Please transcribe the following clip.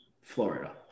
Florida